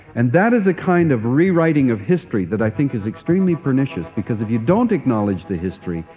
and that is a kind of rewriting of history that i think is extremely pernicious, because if you don't acknowledge the history,